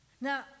Now